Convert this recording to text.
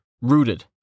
Rooted